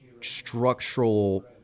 structural